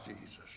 Jesus